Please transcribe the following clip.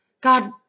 God